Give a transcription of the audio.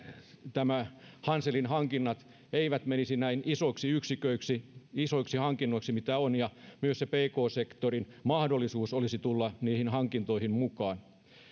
hanselin hankinnat eivät menisi näin isoiksi yksiköiksi isoiksi hankinnoiksi mitä on ja tulisi olla myös se pk sektorin mahdollisuus tulla niihin hankintoihin mukaan